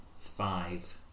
five